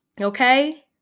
okay